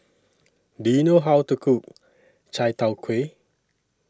Do YOU know How to Cook Chai Tow Kway